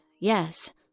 yes